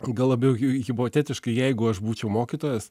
gal labiau hipotetiškai jeigu aš būčiau mokytojas